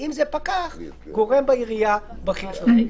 ואם זה פקח גורם בעירייה בכיר שנותן אישור.